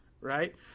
right